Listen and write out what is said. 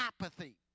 apathy